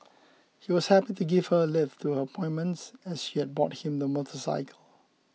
he was happy to give her a lift to her appointment as she had bought him the motorcycle